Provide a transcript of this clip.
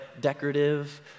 decorative